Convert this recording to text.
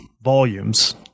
volumes